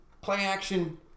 play-action